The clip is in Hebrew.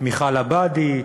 מיכל עבאדי,